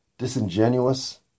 disingenuous